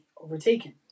overtaken